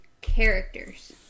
characters